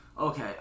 Okay